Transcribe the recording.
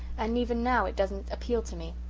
and even now it doesn't appeal to me.